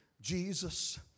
Jesus